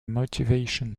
motivation